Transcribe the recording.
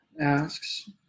asks